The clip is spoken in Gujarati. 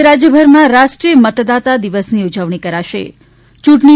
આજે રાજયભરમાં રાષ્ટ્રીય મતદાતા દિવસની ઊજવણી કરાશે ચૂંટણી